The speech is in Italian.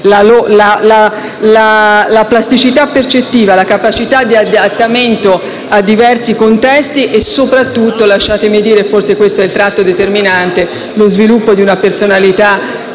la plasticità percettiva, la capacità di adattamento a diversi contesti e soprattutto - lasciatemi dire, forse questo è il tratto determinante - lo sviluppo di una personalità